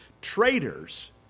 traitors